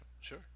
Sure